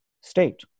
state